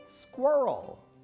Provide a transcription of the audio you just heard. squirrel